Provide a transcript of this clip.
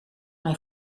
mij